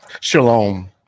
Shalom